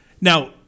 Now